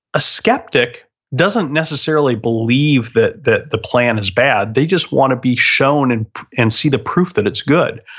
a skeptic doesn't necessarily believe that that the plan is bad, they just want to be shown and and see the proof that it's good